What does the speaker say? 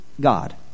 God